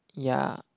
ya